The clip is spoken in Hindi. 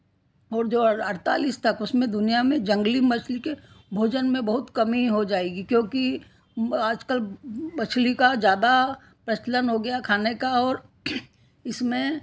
और जो अड़तालीस तक उसमें दुनिया में जंगली मछली के भोजन में बहुत कमी हो जाएगी क्योंकि आज कल मछली का ज़्यादा प्रचलन हो गया है खाने का और इसमें